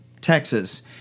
Texas